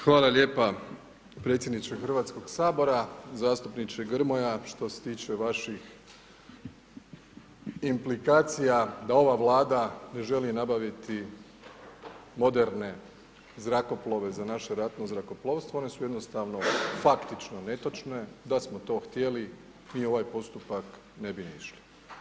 Hvala lijepa, predsjedniče Hrvatskog sabora, zastupniče Grmoja što se tiče vaših implikacija da ova Vlada ne želi nabaviti moderne zrakoplove za naše ratno zrakoplovsto one su jednostavno faktično netočne, da smo to htjeli mi u ovaj postupak ne bi ni išli.